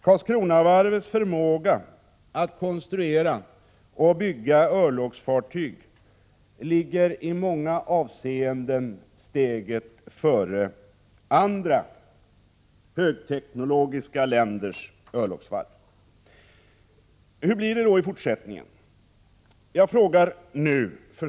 När det gäller förmåga att konstruera och bygga örlogsfartyg ligger Karlskronavarvet i många avseenden steget före andra högteknologiska länders örlogsvarv.